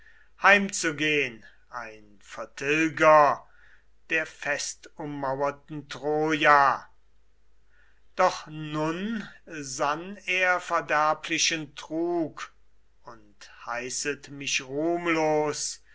heimzugehn ein vertilger der festummauerten troja doch nun sann er verderblichen trug und heißet mich ruhmlos